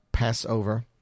Passover